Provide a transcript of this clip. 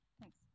Thanks